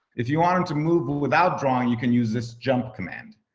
if you want him to move without drawing, you can use this jump command.